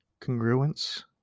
congruence